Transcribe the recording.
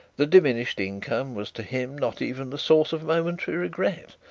the diminished income was to him not even the source of momentary regret.